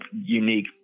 unique